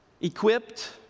equipped